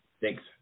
Thanks